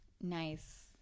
Nice